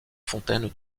fontaine